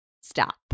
Stop